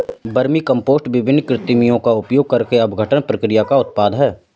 vermicompost विभिन्न कृमियों का उपयोग करके अपघटन प्रक्रिया का उत्पाद है